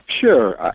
Sure